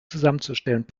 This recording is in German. zusammenzustellen